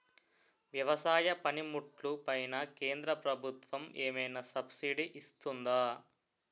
వ్యవసాయ పనిముట్లు పైన కేంద్రప్రభుత్వం ఏమైనా సబ్సిడీ ఇస్తుందా?